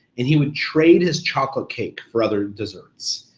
and he would trade his chocolate cake for other desserts.